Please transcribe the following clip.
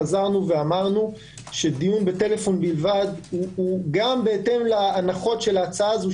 חזרנו ואמרנו שדיון בטלפון בלבד גם בהתאם להנחות של ההצעה הזאת,